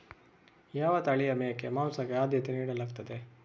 ಯಾವ ತಳಿಯ ಮೇಕೆ ಮಾಂಸಕ್ಕೆ ಆದ್ಯತೆ ನೀಡಲಾಗ್ತದೆ?